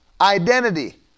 identity